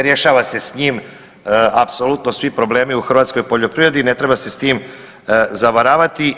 Rješava se s njim apsolutno svi problemi u hrvatskoj poljoprivredi, ne treba se s tim zavaravati.